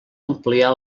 ampliar